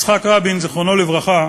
יצחק רבין, זיכרונו לברכה,